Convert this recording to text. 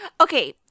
Okay